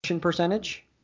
percentage